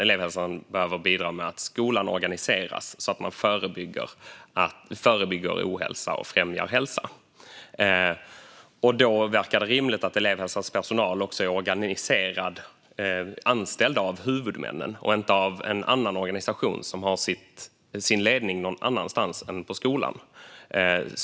Elevhälsan behöver bidra till att skolan organiseras så att man förebygger ohälsa och främjar hälsa. Då verkar det rimligt att elevhälsans personal är organiserad så att de är anställda av huvudmannen och inte av en annan organisation som har sin ledning någon annanstans än på skolan.